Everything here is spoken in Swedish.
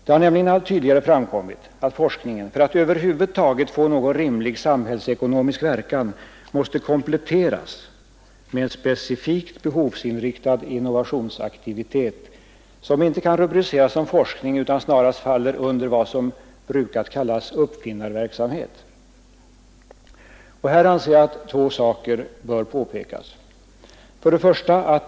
Det har nämligen alldeles tydligt framkommit att forskningen, för att över huvud taget få någon rimlig samhällsekonomisk verkan, måste kompletteras med en specifikt behovsinriktad innovationsaktivitet, som inte kan rubriceras som forskning utan snarast faller under vad som brukar kallas uppfinnarverksamhet. Här anser jag att två saker bör påpekas: 1.